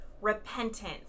repentance